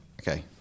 Okay